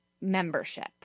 membership